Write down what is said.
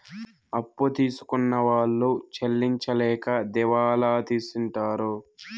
అప్పు తీసుకున్న వాళ్ళు చెల్లించలేక దివాళా తీసింటారు